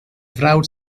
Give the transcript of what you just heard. frawd